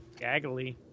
Gaggly